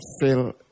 fill